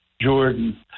Jordan